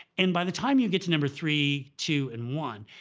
and by the time you get to number three, two, and one,